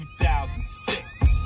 2006